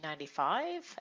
1995